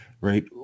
right